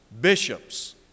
bishops